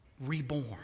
reborn